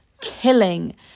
Killing